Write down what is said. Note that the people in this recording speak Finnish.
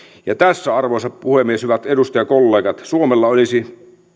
tässä arvoisa puhemies hyvät edustajakollegat suomella olisi